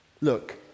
look